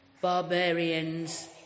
barbarians